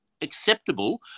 acceptable